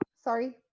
Sorry